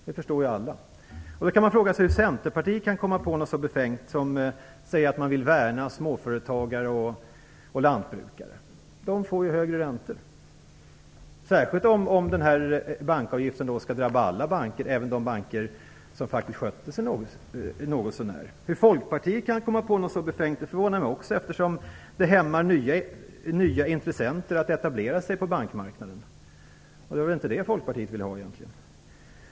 Det förstår ju alla. Man kan fråga sig hur Centerpartiet, som säger att man vill värna småföretagare och lantbrukare, kan komma på något så befängt. Dessa grupper får ju högre räntor. Så blir det särskilt om bankavgiften skall drabba alla banker - även de banker som faktiskt skötte sig något så när. Hur Folkpartiet kan komma på något så befängt förvånar mig också eftersom det hämmar nya intressenter att etablera sig på bankmarknaden. Det är väl inte det Folkpartiet vill?